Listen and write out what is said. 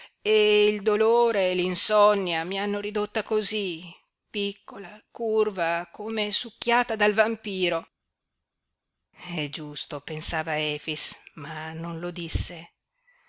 e il dolore e l'insonnia mi hanno ridotta cosí piccola curva come succhiata dal vampiro è giusto pensava efix ma non lo disse